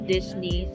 Disney